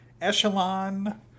echelon